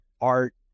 art